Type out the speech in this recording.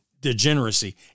degeneracy